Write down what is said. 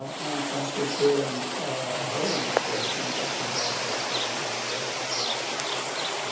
and frankly, clearing and holding operations as regards raqqa and palmyra, and the other populations.